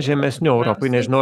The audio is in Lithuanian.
žemesnių europoj nežinau